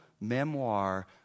memoir